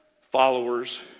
followers